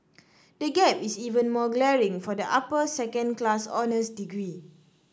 the gap is even more glaring for the upper second class honours degree